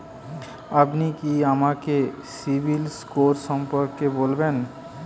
আপনি কি আমাকে সিবিল স্কোর সম্পর্কে বলবেন?